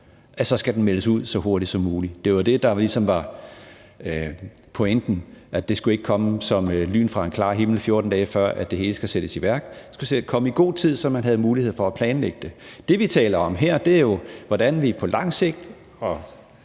i år, skal den meldes ud så hurtigt som muligt. Det var det, der ligesom var pointen, altså at det ikke skal komme som et lyn fra en klar himmel, 14 dage før det hele skal sættes i værk. Det skal komme i god tid, så man har mulighed for at planlægge det. Det, vi taler om her, er jo, hvordan vi på lang sigt